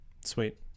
Sweet